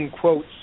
quotes